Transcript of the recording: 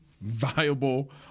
viable